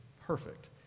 perfect